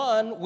One